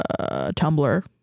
tumblr